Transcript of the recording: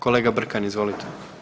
Kolega Brkan, izvolite.